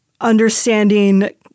understanding